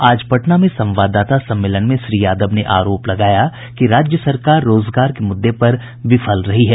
आज पटना में संवाददाता सम्मेलन में श्री यादव ने आरोप लगाया कि राज्य सरकार रोजगार के मुद्दे पर विफल रही है